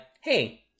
hey